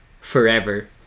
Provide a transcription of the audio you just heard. forever